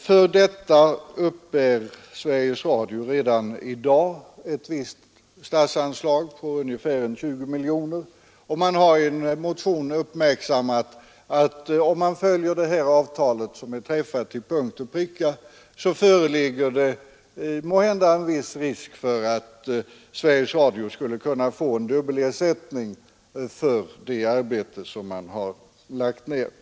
För denna och annan verksamhet uppbär Sveriges Radio redan i dag ett visst statsanslag på ungefär 20 miljoner kronor. I en motion har uppmärksammats att det, om det träffade avtalet följs till punkt och pricka, måhända föreligger en viss risk för att Sveriges Radio skulle kunna få dubbelersättning för sitt arbete med läroböcker och liknande.